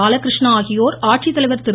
பாலகிருஷ்ணா ஆகியோர் ஆட்சித்தலைவர் திரு